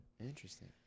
Interesting